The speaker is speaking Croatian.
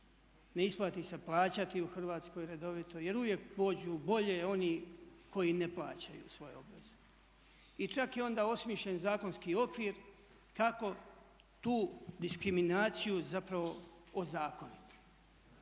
ne isplati se plaćati u Hrvatskoj redovito jer uvijek pođu bolje oni koji ne plaćaju svoje obveze. I čak je i onda osmišljen zakonski okvir kako tu diskriminaciju zapravo ozakoniti.